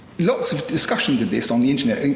lots of discussions of this on the internet,